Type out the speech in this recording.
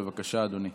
בבקשה, אדוני.